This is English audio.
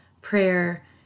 prayer